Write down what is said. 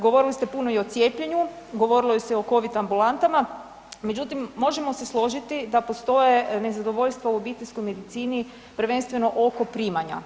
Govorili ste puno i o cijepljenju, govorilo se o COVID ambulantama, međutim možemo se složiti da postoje nezadovoljstva o obiteljskoj medicini, prvenstveno oko primanja.